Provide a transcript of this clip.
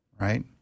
right